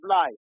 life